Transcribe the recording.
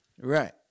right